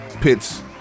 pits